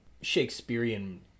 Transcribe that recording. shakespearean